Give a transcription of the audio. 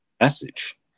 message